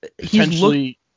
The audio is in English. Potentially